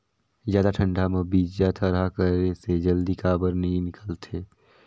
जादा ठंडा म बीजा थरहा करे से जल्दी काबर नी निकलथे?